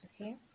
okay